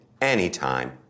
anytime